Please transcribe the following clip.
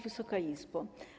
Wysoka Izbo!